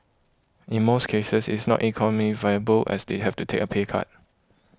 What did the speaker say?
in most cases it's not economically viable as they have to take a pay cut